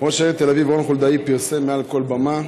ראש העיר תל אביב רון חולדאי פרסם מעל כל במה,